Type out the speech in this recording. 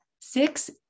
Six